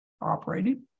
operating